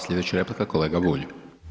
Slijedeća replika kolega Bulj.